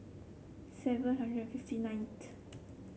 seven hundred fifty